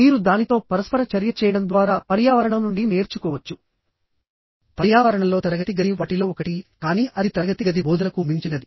మీరు దానితో పరస్పర చర్య చేయడం ద్వారా పర్యావరణం నుండి నేర్చుకోవచ్చు మరియు పర్యావరణంలో తరగతి గది వాటిలో ఒకటి కావచ్చు కానీ అది తరగతి గది బోధనకు మించినది